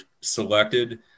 selected